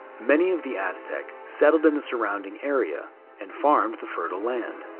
many of the aztec settled in the surrounding area and farmed the fertile land.